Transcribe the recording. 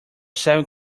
seven